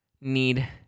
need